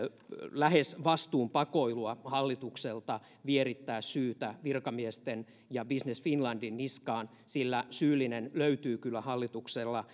lähes vastuunpakoilua hallitukselta vierittää syytä virkamiesten ja business finlandin niskaan sillä syyllinen löytyy kyllä hallituksella